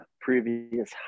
previous